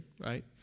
right